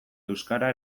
euskara